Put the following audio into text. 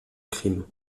crime